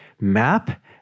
map